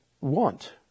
want